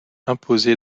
imposé